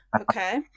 okay